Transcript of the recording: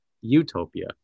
utopia